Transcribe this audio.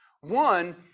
One